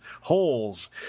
holes